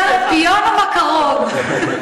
יותר פיון או מקרון?